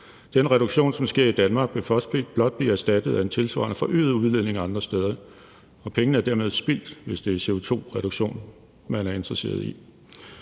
Den reduktion, som sker i Danmark, vil blot blive erstattet af en tilsvarende forøget udledning andre steder, og pengene er dermed spildt, hvis det er en CO2-reduktion, man er interesseret i.